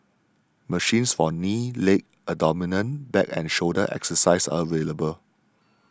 machines for knee leg abdomen back and shoulder exercises are available